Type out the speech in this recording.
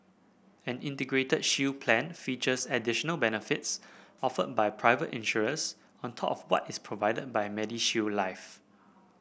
an Integrated Shield Plan features additional benefits offered by private insurers on top of what is provided by MediShield Life